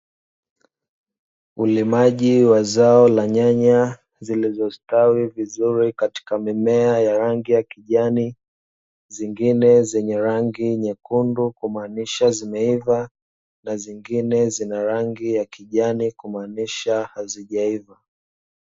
Ulimaji wa zao la nyanya zilizostawi vizuri katika mimea ya rangi ya kijani, zingine zenye rangi nyekundu kumanisha zimeiva na zingine zenye rangi ya kijani kumanisha hazijaiva.